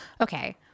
Okay